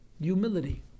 humility